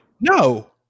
No